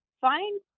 find